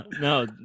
no